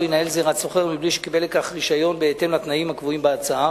ינהל זירת סוחר מבלי שקיבל לכך רשיון בהתאם לתנאים הקבועים בהצעה.